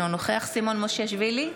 אינו נוכח סימון מושיאשוילי,